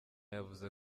yavuze